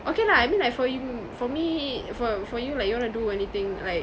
okay lah I mean like for mm for me for for you like you want to do anything like